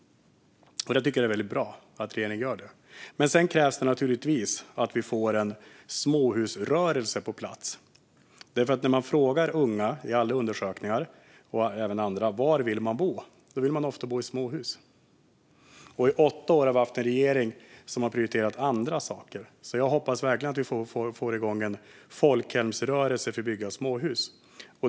Jag tycker att det är väldigt bra att regeringen gör detta. Sedan krävs det naturligtvis att vi får en småhusrörelse på plats, för i alla undersökningar där man frågar unga - och även andra människor - var de vill bo är svaret ofta att de vill bo i småhus. I åtta år har vi haft en regering som har prioriterat andra saker. Jag hoppas verkligen att vi får igång en folkhemsrörelse för bygge av småhus.